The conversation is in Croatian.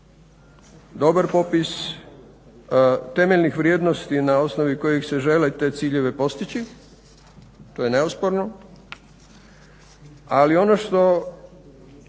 dobar popis temeljnih vrijednosti na osnovi kojeg se želi te ciljeve postići, to je neosporno. Ali ono što